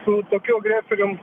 su tokiu agresorium